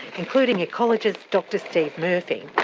including ecologist dr steve murphy,